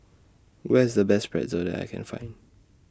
Where IS The Best Pretzel that I Can Find